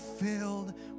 filled